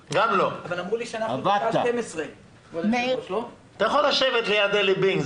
אמרו לי שאנחנו בשעה 12:00. אתה יכול לשבת ליד עלי בינג,